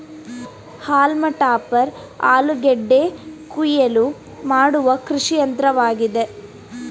haulm topper ಆಲೂಗೆಡ್ಡೆ ಕುಯಿಲು ಮಾಡುವ ಕೃಷಿಯಂತ್ರವಾಗಿದೆ